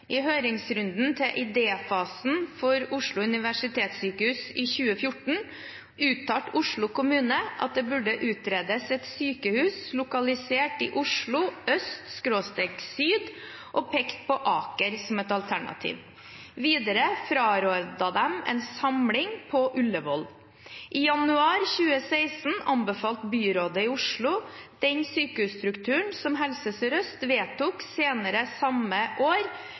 I høringsrunden til idéfasen for Oslo universitetssykehus i 2014 uttalte Oslo kommune at det burde utredes et sykehus lokalisert i Oslo øst/syd, og pekte på Aker som et alternativ. Videre frarådet de en samling på Ullevål. I januar 2016 anbefalte byrådet i Oslo den sykehusstrukturen som Helse Sør-Øst vedtok senere samme år,